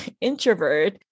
introvert